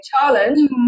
challenge